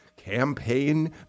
Campaign